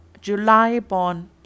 July-born